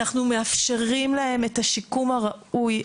אנחנו מאפשרים להם את השיקום הראוי,